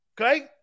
okay